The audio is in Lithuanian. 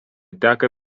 teka